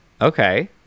Okay